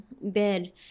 bed